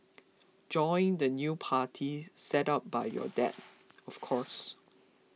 join the new party set up by your dad of course